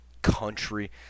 country